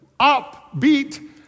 upbeat